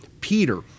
Peter